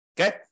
Okay